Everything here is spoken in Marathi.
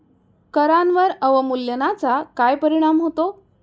करांवर अवमूल्यनाचा काय परिणाम होतो?